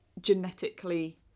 genetically